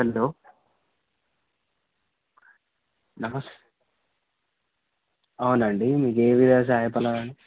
hello నమస్తే అవునండి మీకే విధంగా సహాయపడాలి